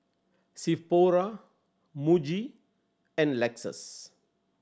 Sephora Muji and Lexus